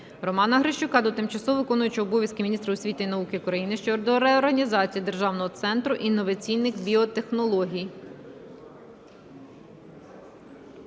Романа Грищука до тимчасово виконуючого обов'язки міністра освіти і науки України щодо реорганізації Державного центру інноваційних біотехнологій.